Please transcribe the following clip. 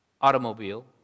automobile